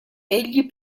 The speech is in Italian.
egli